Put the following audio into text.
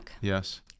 Yes